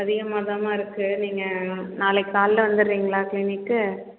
அதிகமாகதாம்மா இருக்குது நீங்கள் நாளைக்கு காலைல வந்துரிங்களா க்ளீனிக்கு